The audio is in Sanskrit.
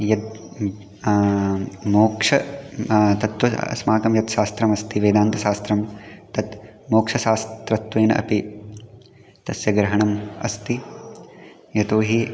यत् द् मोक्ष तत्त्वम् अस्माकं यत् शास्त्रमस्ति वेदान्तशास्त्रं तत् मोक्षशास्त्रत्वेन अपि तस्य ग्रहणम् अस्ति यतो हि